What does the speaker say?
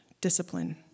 discipline